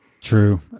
True